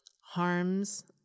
harms